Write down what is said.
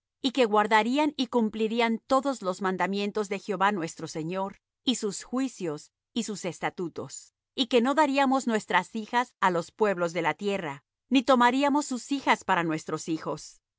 y que guardarían y cumplirían todos los mandamientos de jehová nuestro señor y sus juicios y sus estatutos y que no daríamos nuestras hijas á los pueblos de la tierra ni tomaríamos sus hijas para nuestros hijos